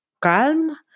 calm